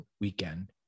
weekend